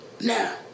Now